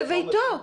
בביתו.